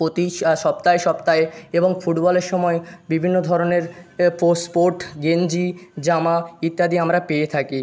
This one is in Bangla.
প্রতি সপ্তায় সপ্তায়ে এবং ফুটবলের সময় বিভিন্ন ধরনের এ পোস স্পোর্ট গেঞ্জি জামা ইত্যাদি আমরা পেয়ে থাকি